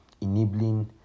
enabling